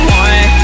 one